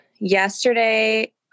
Yesterday